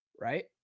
right